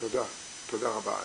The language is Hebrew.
תודה רבה.